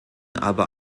aber